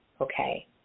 okay